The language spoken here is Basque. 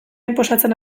inposatzen